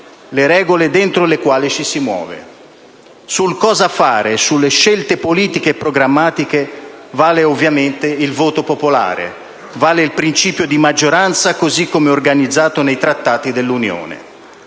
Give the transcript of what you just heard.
le regole dentro le quali ci si muove. Sul «cosa» fare, sulle scelte politiche e programmatiche, vale ovviamente il voto popolare, vale il principio di maggioranza così come organizzato nei Trattati dell'Unione.